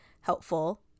helpful